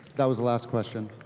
that was the last question.